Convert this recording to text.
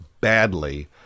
badly